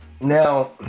Now